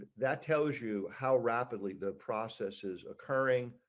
that tells you how rapidly the process is occurring